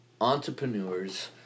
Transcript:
entrepreneurs